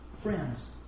friends